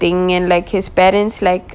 thing and like his parents like